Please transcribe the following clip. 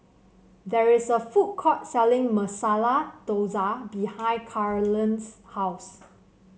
there is a food court selling Masala Dosa behind Carolann's house